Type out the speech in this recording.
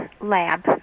lab